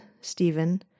Stephen